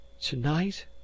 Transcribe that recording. tonight